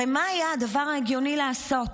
הרי מה היה הדבר ההגיוני לעשות?